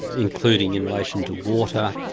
including in relation to water.